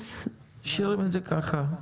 אנחנו --- משאירים את זה ככה.